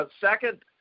Second